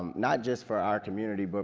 not just for our community, but